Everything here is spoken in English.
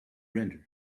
render